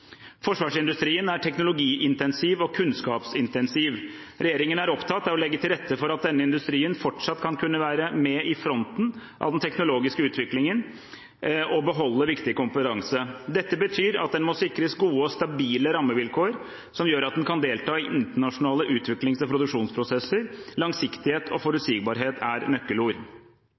Forsvarsindustrien er teknologiintensiv og kunnskapsintensiv. Regjeringen er opptatt av å legge til rette for at denne industrien fortsatt skal kunne være med i fronten av den teknologiske utviklingen og beholde viktig kompetanse. Dette betyr at den må sikres gode og stabile rammevilkår, som gjør at den kan delta i internasjonale utviklings- og produksjonsprosesser. «Langsiktighet» og «forutsigbarhet» er nøkkelord.